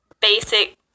basic